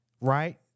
right